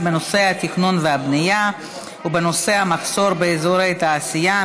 בנושא התכנון והבנייה ובנושא המחסור באזורי תעשייה,